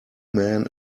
man